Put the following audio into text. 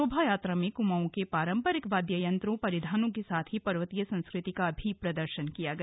शोभायात्रा में कुमाऊं के पारम्परिक वाद्ययन्त्रों परिधानों के साथ ही पर्वतीय संस्कृति का भी प्रदर्शन किया गया